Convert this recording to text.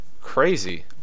Crazy